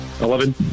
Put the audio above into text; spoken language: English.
Eleven